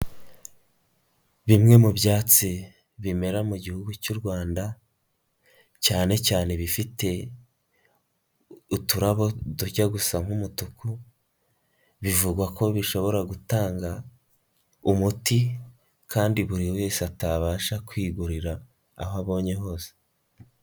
Bimwe mu byatsi bimera mu Gihugu cy'u Rwanda cyane cyane bifite uturabo tujya gusa nk'umutuku bivugwa ko bishobora gutanga umuti kandi buri wese atabasha kwigurira aho abonye hose.